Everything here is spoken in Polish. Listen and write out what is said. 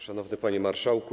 Szanowny Panie Marszałku!